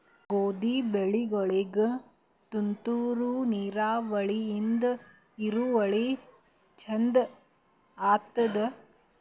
ಗೋಧಿ ಬೆಳಿಗೋಳಿಗಿ ತುಂತೂರು ನಿರಾವರಿಯಿಂದ ಇಳುವರಿ ಚಂದ ಆತ್ತಾದ?